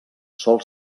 sol